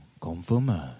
confirm